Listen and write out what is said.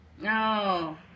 No